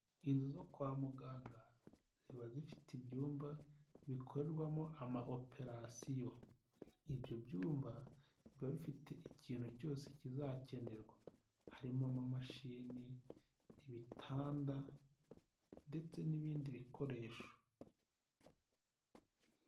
Inzu zo kwa muganga ziba zifite ibyumba bikorerwamo ama operasiyo. Ibyo byumba biba bifite ikintu cyose kizakenerwa. Harimo amamashini, ibitanda ndetse n'ibindi bikoresho